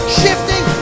shifting